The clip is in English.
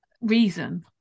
reason